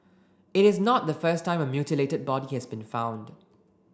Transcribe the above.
it is not the first time a mutilated body has been found